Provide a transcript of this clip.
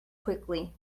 quickly